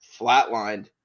flatlined